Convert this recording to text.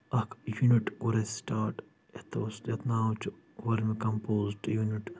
اکھ یوٗنٹ کوٚر اسہِ سٹاٹ یتھ تھوٚو اسہِ یتھ ناو چھُ ؤرمہِ کمپوسٹ یوٗنٹ